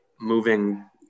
moving